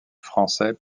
français